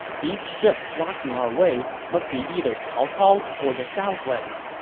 these ships blocking our way must be either cao cao's or the southland's.